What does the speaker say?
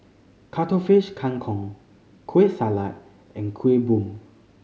Cuttlefish Kang Kong Kueh Salat and Kuih Bom